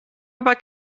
aber